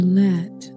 let